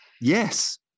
Yes